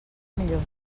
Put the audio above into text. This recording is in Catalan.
millor